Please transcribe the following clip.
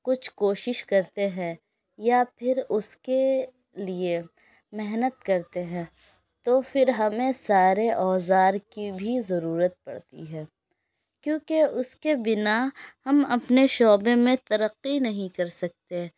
کچھ کوشش کرتے ہیں یا پھر اس کے لیے محنت کرتے ہیں تو پھر ہمیں سارے اوزار کی بھی ضرورت پڑتی ہے کیوںکہ اس کے بنا ہم اپنے شعبے میں ترقی نہیں کر سکتے